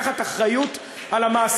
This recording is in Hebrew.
חבר הכנסת חיים ילין.